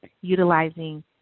utilizing